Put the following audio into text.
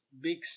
big